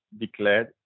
declared